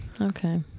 okay